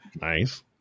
Nice